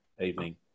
evening